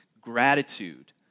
gratitude